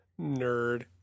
nerd